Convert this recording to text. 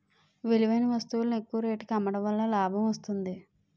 విలువైన వస్తువులను ఎక్కువ రేటుకి అమ్మడం వలన లాభం వస్తుంది